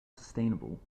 sustainable